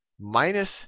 minus